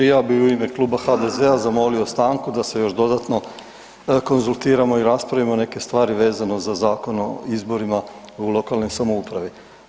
I ja bi u ime kluba HDZ-a zamolio stanku da se još dodatno konzultiramo i raspravimo neke stvari vezano za Zakon o izborima u lokalnoj samoupravi.